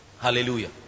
hallelujah